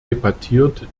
debattiert